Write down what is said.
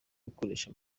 gukoresha